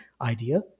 idea